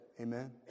Amen